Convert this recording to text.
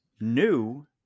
new